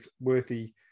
worthy